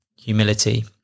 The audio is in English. humility